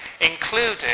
including